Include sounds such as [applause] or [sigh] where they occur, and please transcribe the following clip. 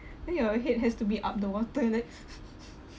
then your head has to be up the water like [noise]